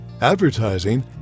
Advertising